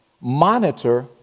Monitor